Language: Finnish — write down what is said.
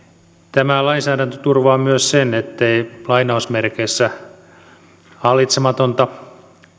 tämä lainsäädäntö turvaa myös sen ettei hallitsematonta